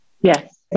yes